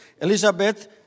Elizabeth